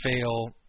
fail